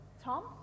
Tom